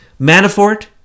Manafort